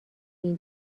این